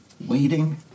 Waiting